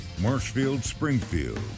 Marshfield-Springfield